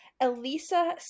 Elisa